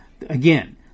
again